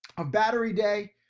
a battery day,